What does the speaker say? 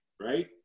right